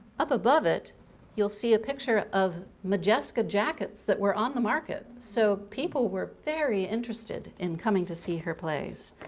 up above it you'll see a picture of modjeska jackets that were on the market so people were very interested in coming to see her plays.